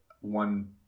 one